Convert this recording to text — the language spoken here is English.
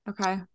Okay